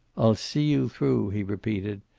i'll see you through, he repeated.